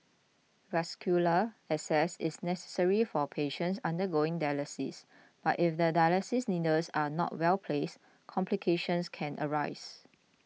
vascular access is necessary for patients undergoing dialysis but if the dialysis needles are not well placed complications can arise